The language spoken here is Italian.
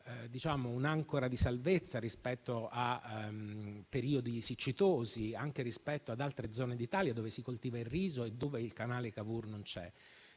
spesso un'ancora di salvezza in periodi siccitosi, anche rispetto ad altre zone d'Italia dove si coltiva il riso e dove il canale Cavour non c'è.